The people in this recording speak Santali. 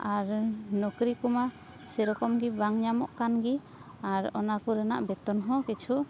ᱟᱨ ᱱᱚᱠᱨᱤ ᱠᱚᱢᱟ ᱥᱮ ᱨᱚᱠᱚᱢ ᱜᱤ ᱵᱟᱝ ᱧᱟᱢᱚᱜ ᱠᱟᱱᱜᱤ ᱟᱨ ᱚᱱᱟ ᱠᱚᱨᱮᱱᱟᱜ ᱵᱮᱛᱚᱱ ᱦᱚᱸ ᱠᱤᱪᱷᱩ